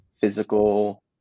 physical